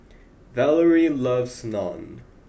Valarie loves Naan